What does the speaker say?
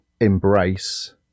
embrace